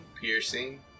piercing